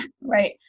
Right